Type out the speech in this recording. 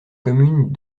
commune